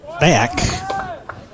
back